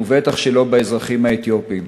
ובטח שלא באזרחים האתיופים.